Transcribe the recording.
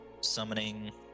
Summoning